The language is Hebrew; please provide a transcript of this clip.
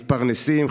מתפרנסים,